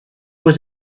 was